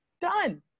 Done